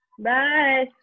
Bye